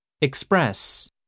Express